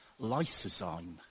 lysozyme